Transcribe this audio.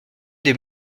des